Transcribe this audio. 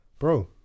Bro